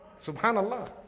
Subhanallah